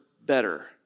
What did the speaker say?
better